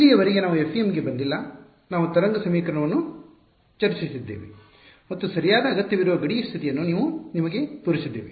ಇಲ್ಲಿಯವರೆಗೆ ನಾವು FEM ಗೆ ಬಂದಿಲ್ಲ ನಾವು ತರಂಗ ಸಮೀಕರಣವನ್ನು ಚರ್ಚಿಸಿದ್ದೇವೆ ಮತ್ತು ಸರಿಯಾದ ಅಗತ್ಯವಿರುವ ಗಡಿ ಸ್ಥಿತಿಯನ್ನು ನಿಮಗೆ ತೋರಿಸಿದ್ದೇವೆ